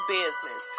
business